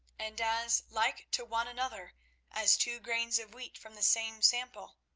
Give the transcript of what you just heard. and as like to one another as two grains of wheat from the same sample.